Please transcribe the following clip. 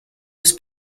was